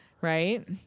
right